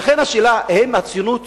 לכן השאלה: האם הציונות